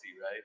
right